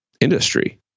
industry